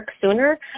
sooner